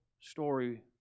story